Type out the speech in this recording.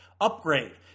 Upgrade